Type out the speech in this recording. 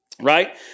Right